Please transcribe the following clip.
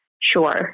Sure